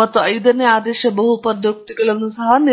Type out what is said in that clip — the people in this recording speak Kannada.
ಮತ್ತು ಐದನೇ ಆದೇಶ ಬಹುಪದೋಕ್ತಿಗಳನ್ನೂ ಸಹ ನಿರ್ಮಿಸೋಣ